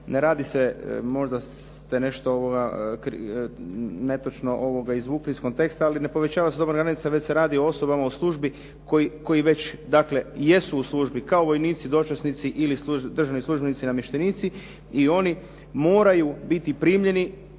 Ne radi se, možda ste nešto netočno izvukli iz konteksta, ali ne povećava se dobna granica već se radi o osobama u službi koji već dakle jesu u službi kao vojnici, dočasnici ili državni službenici-namještenici i oni moraju biti primljeni